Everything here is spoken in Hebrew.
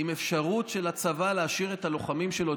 עם אפשרות של הצבא להשאיר את הלוחמים שלו,